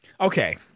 Okay